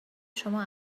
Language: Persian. شما